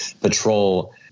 patrol